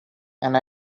and